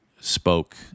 spoke